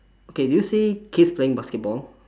okay do you see kids playing basketball